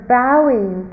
bowing